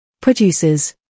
producers